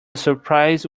surprise